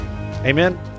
Amen